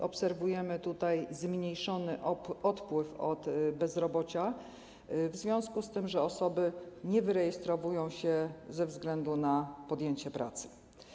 Obserwujemy zmniejszony odpływ z bezrobocia w związku z tym, że osoby nie wyrejestrowują się ze względu na podjęcie pracy.